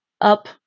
up